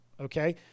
Okay